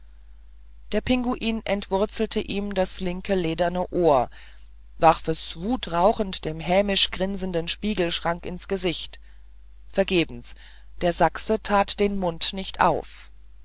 der pinguin entwurzelte ihm das linke lederne ohr warf es wutfauchend dem hämisch grinsenden spiegelschrank ins gesicht vergebens der sachse tat den mund nicht auf